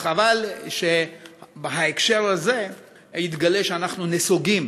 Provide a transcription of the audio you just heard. אז חבל שבהקשר הזה יתגלה שאנחנו נסוגים